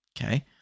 okay